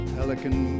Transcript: Pelican